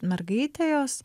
mergaitė jos